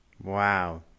wow